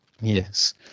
Yes